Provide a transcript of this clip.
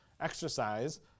exercise